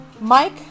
Mike